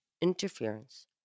interference